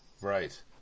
Right